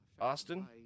Austin